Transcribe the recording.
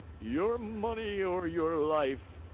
your money or your life!